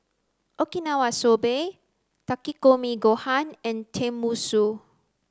okinawa soba Takikomi gohan and Tenmusu